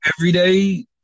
everyday